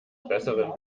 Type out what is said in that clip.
besseren